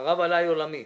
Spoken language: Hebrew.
חרב עליי עולמי.